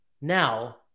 now